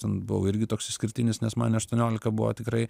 ten buvau irgi toks išskirtinis nes man aštuoniolika buvo tikrai